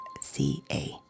C-A